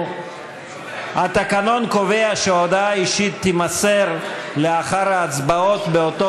התקנון קובע שהודעה אישית תימסר לאחר ההצבעות באותו